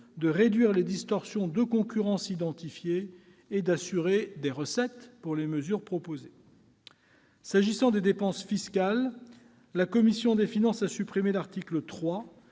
de réduire les distorsions de concurrence identifiées et d'assurer des recettes pour financer les mesures proposées. S'agissant des dépenses fiscales, la commission des finances a supprimé l'article 3.